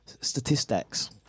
statistics